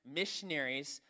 missionaries